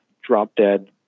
drop-dead